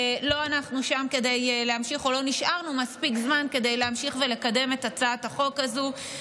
לא אנחנו שם כדי להמשיך ולקדם את הצעת החוק הזאת,